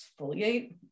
exfoliate